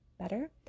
better